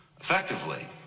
effectively